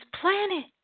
planet